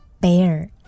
bear